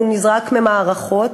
הוא נזרק ממערכות,